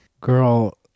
Girl